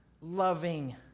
loving